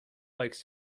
likes